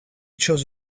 chose